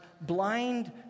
blind